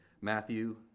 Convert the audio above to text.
Matthew